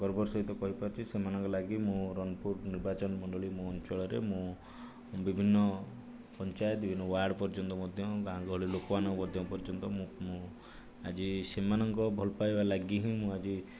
ଗର୍ବର ସହିତ କହିପାରୁଛି ସେମାନଙ୍କ ଲାଗି ମୁଁ ରନପୁର ନିର୍ବାଚନ ମଣ୍ଡଳି ମୋ ଅଞ୍ଚଳରେ ମୁଁ ବିଭିନ୍ନ ପଞ୍ଚାୟତ ବିଭିନ୍ନ ୱାର୍ଡ଼୍ ପର୍ଯ୍ୟନ୍ତ ମଧ୍ୟ ଗାଁ ଗହଳି ଲୋକମାନେ ମଧ୍ୟ ପର୍ଯ୍ୟନ୍ତ ମୁଁ ଆଜି ସେମାନଙ୍କ ଭଲ ପାଇବା ଲାଗି ହିଁ ମୁଁ ଆଜି